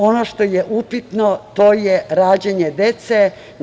Ono što je upitno je rađanje dece.